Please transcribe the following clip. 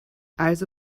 also